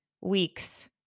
weeks